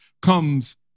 comes